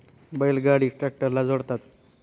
बैल गाडी ट्रॅक्टरला जोडतात